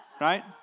right